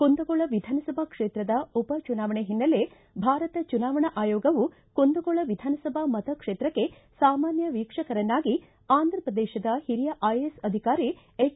ಕುಂದಗೋಳ ವಿಧಾನಸಭಾ ಕ್ಷೇತ್ರದ ಉಪಚುನಾವಣೆ ಹಿನ್ನೆಲೆ ಭಾರತ ಚುನಾವಣಾ ಆಯೋಗವು ಕುಂದಗೋಳ ವಿಧಾನಸಭಾ ಮತ ಕ್ಷೇತ್ರಕ್ಕೆ ಸಾಮಾನ್ಯ ವೀಕ್ಷಕರನ್ನಾಗಿ ಆಂಧಪ್ರದೇಶದ ಹಿರಿಯ ಐಎಎಸ್ ಅಧಿಕಾರಿ ಎಚ್